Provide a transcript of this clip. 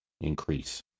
increase